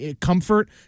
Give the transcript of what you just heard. comfort